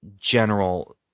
general